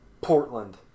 Portland